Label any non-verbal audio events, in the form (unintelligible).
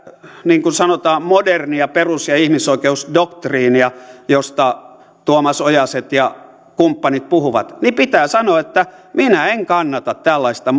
niin kuin sanotaan modernia perus ja ihmisoikeusdoktriinia josta tuomas ojanen ja kumppanit puhuvat niin pitää sanoa että minä en kannata tällaista (unintelligible)